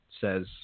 says